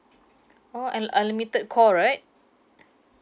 oh unli~ unlimited call right